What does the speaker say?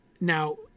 now